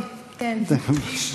אז אנחנו,